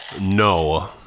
no